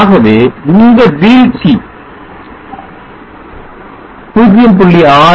ஆகவே இந்த வீழ்ச்சி 0